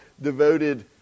devoted